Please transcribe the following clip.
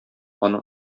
аның